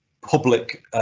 public